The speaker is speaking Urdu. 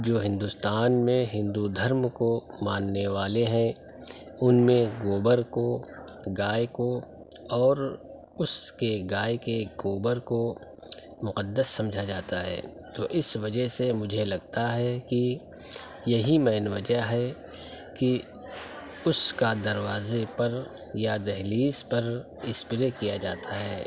جو ہندوستان میں ہندو دھرم کو ماننے والے ہیں اُن میں گوبر کو گائے کو اور اُس کے گائے کے گوبر کو مقدس سمجھا جاتا ہے تو اِس وجہ سے مجھے لگتا ہے کہ یہی مین وجہ ہے کہ اُس کا دروازے پر یا دہلیز پر اسپرے کیا جاتا ہے